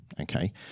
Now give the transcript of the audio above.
okay